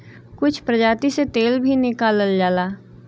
कुछ प्रजाति से तेल भी निकालल जाला